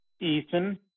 Ethan